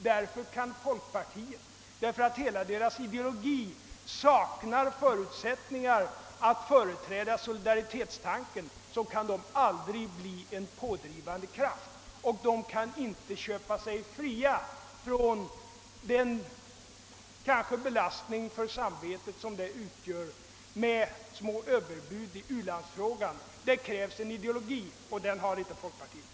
Folkpartisterna kan, därför att deras ideologi saknar förutsättningar att företräda solidaritetstanken, aldrig bli en pådrivande kraft, och de kan inte köpa sig fria från den belastning för samvetet, som detta bör utgöra, genom små överbud i ulandsfrågan. Det krävs en ideologi, och den har inte folkpartiet.